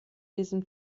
diesem